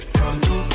pronto